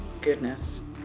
Goodness